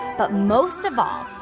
but most of all,